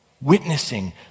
witnessing